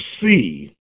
see